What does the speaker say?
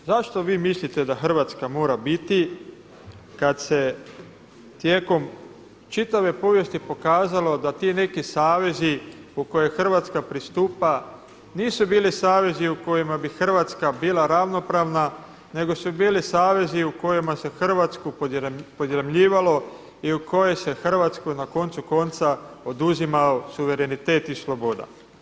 Zašto vi mislite da Hrvatska mora biti kad se tijekom čitave povijesti pokazalo da ti neki savezi u koje Hrvatska pristupa nisu bili savezi u kojima bi Hrvatska bila ravnopravna, nego su bili savezi u kojima se Hrvatsku podjarmljivalo i u kojoj se Hrvatskoj na koncu konca oduzima suverenitet i sloboda.